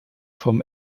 vom